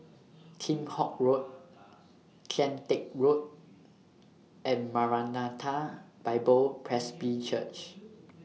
Kheam Hock Road Kian Teck Road and Maranatha Bible Presby Church